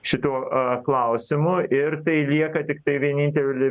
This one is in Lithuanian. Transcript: šituo a klausimu ir tai lieka tiktai vienintelė